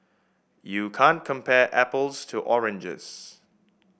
you can't compare apples to oranges